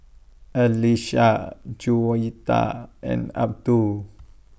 Aisyah Juwita and Abdul